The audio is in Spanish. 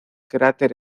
cráter